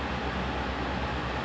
so the is overgrown